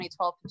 2012